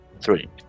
three